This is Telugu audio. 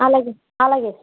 అలాగే అలాగేనండీ